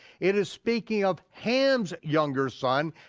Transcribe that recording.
it is speaking of ham's younger son,